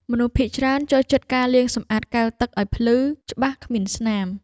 មនុស្សភាគច្រើនចូលចិត្តការលាងសម្អាតកែវទឹកឱ្យភ្លឺច្បាស់គ្មានស្នាម។